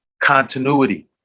continuity